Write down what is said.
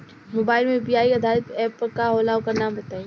Mobile म UPI आधारित app कौन होला ओकर नाम बताईं?